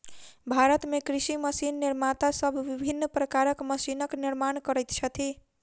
भारत मे कृषि मशीन निर्माता सब विभिन्न प्रकारक मशीनक निर्माण करैत छथि